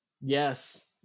Yes